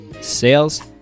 sales